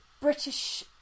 British